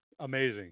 amazing